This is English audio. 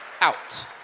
out